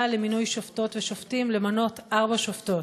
למינוי שופטות ושופטים למנות ארבע שופטות?